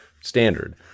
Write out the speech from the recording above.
standard